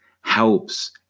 helps